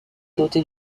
doté